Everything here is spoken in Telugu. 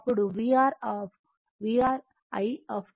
ఇప్పుడు vRi మా iR 7